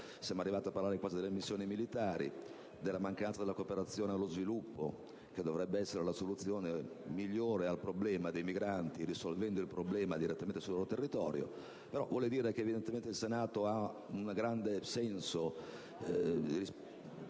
siamo arrivati a parlare delle missioni militari, della mancanza della cooperazione allo sviluppo, che dovrebbe essere la soluzione migliore al problema dei migranti, affrontando il problema direttamente sul loro territorio. Ciò vuol dire che il Senato ha una grande passione